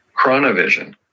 chronovision